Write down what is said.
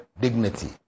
dignity